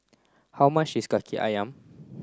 how much is Kaki Ayam